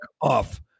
off